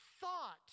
thought